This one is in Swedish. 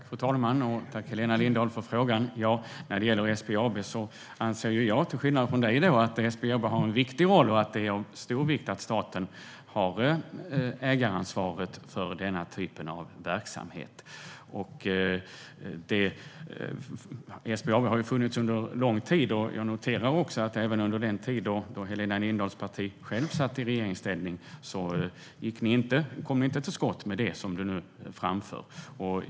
Fru talman! Jag tackar Helena Lindahl för frågan. När det gäller SBAB anser jag till skillnad från henne att SBAB har en viktig roll och att det är av stor vikt att staten har ägaransvaret för den typen av verksamhet. SBAB har ju funnits under lång tid, och jag noterar att man inte heller under den tid då Helena Lindahls parti satt i regeringsställning kom till skott med det som hon nu framför.